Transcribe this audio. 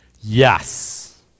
Yes